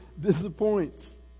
disappoints